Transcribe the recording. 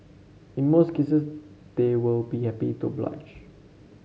in most cases they will be happy to oblige